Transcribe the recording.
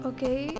Okay